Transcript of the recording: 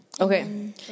Okay